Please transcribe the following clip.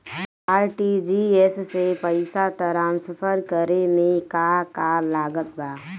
RTGS से पईसा transfer करे मे का का लागत बा?